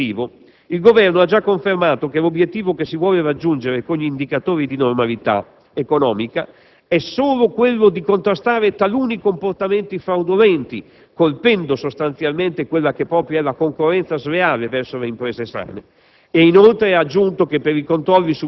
Del resto, è positivo che il Governo abbia già confermato che l'obiettivo che si vuole raggiungere con gli indicatori di normalità economica è solo quello di contrastare taluni comportamenti fraudolenti, colpendo sostanzialmente la concorrenza sleale verso le imprese sane.